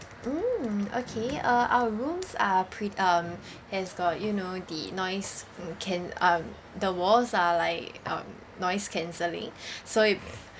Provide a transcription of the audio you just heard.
mm okay uh our rooms are pre~ um has got you know the noise mm can~ um the walls are like um noise cancelling so if